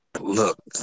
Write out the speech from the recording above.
Look